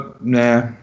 nah